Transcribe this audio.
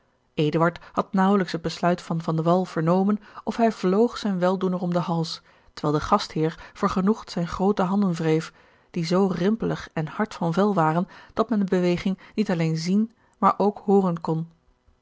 had naauwelijks het besluit van van de wall vernomen of hij vloog zijn weldoener om den hals terwijl de gastheer vergenoegd zijne groote handen wreef die zoo rimpelig en hard van vel waren dat men de beweging niet alleen zien maar ook hooren kon